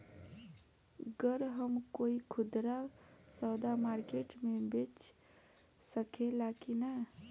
गर हम कोई खुदरा सवदा मारकेट मे बेच सखेला कि न?